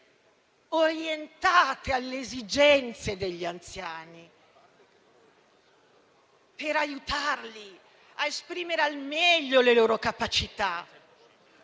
orientate alle esigenze degli anziani per aiutarli ad esprimere al meglio le loro capacità,